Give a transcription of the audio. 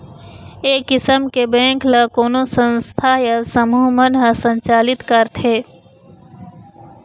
ए किसम के बेंक ल कोनो संस्था या समूह मन ह संचालित करथे